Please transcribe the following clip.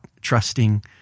trusting